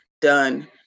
done